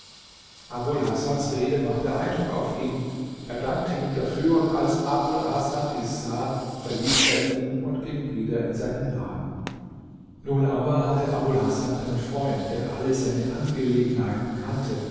abul hasans rede machte eindruck auf ihn er dankte ihm dafür und als abul hasan dies sah verließ er ihn und ging wieder in seinen laden nun aber hatte abul hasan einen freund der alle seine angelegenheiten kannte